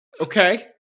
Okay